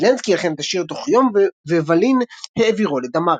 וילנסקי הלחין את השיר תוך יום וואלין העבירו לדמארי.